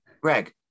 Greg